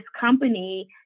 company